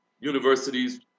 universities